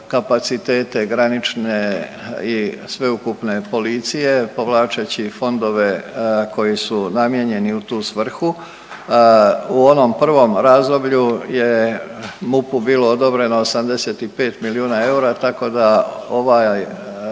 kapacitete granične i sveukupne policije povlačeći fondove koji su namijenjeni u tu svrhu. U onom prvom razdoblju je MUP-u bilo odobreno 85 milijuna eura tako da ovaj ostatak